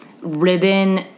ribbon